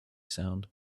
sound